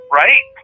right